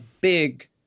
big